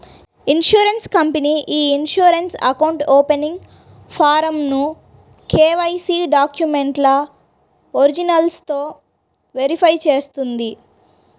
insurance company ఇ insurance account opening ఫారమ్ను KYC డాక్యుమెంట్ల ఒరిజినల్లతో వెరిఫై చేస్తుంది